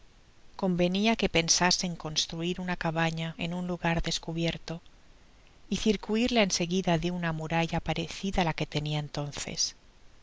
convenia qae pensase e construir una cabana en un lugar descubierto y circuirla en seguida de una muralla parecida á la que tenia entonces